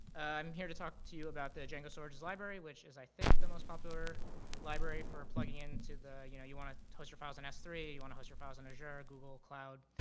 i'm here to talk to you about the django storages library, which is i think the most popular library for plugging into the, you know, you wanna host your files in s three, you wanna host your files in azure, google cloud,